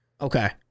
Okay